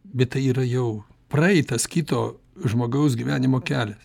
bet tai yra jau praeitas kito žmogaus gyvenimo kelias